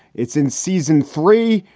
it's in season three,